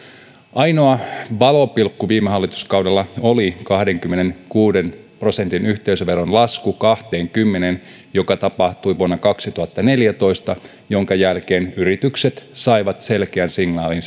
ainoa valopilkku viime hallituskaudella oli kahdenkymmenenkuuden prosentin yhteisöveron lasku kahteenkymmeneen mikä tapahtui vuonna kaksituhattaneljätoista ja minkä jälkeen yritykset saivat selkeän signaalin